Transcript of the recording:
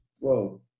Whoa